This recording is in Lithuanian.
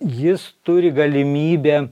jis turi galimybę